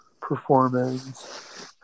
performance